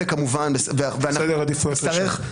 אלה כמובן --- בסדר עדיפות ראשון.